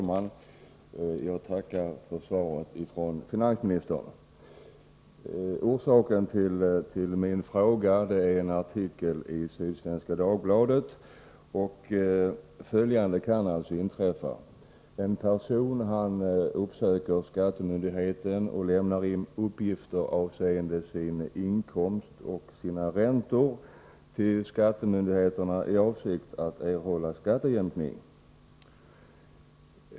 Herr talman! Jag tackar finansministern för svaret. Anledningen till min fråga är en artikel i Sydsvenska Dagbladet. Följande kan alltså inträffa. En person uppsöker skattemyndigheten och lämnar in uppgifter avseende sin inkomst och sina räntor i avsikt att erhålla skattejämkning.